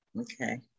Okay